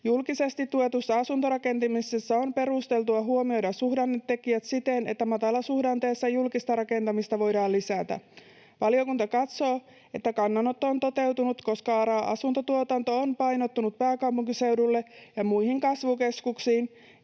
Julkisesti tuetussa asuntorakentamisessa on perusteltua huomioida suhdannetekijät siten, että matalasuhdanteessa julkista rakentamista voidaan lisätä. Valiokunta katsoo, että kannanotto on toteutunut, koska ARA-asuntotuotanto on painottunut pääkaupunkiseudulle ja muihin kasvukeskuksiin